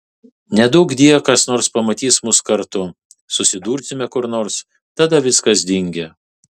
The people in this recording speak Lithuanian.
neduokdie kas nors pamatys mus kartu susidursime kur nors tada viskas dingę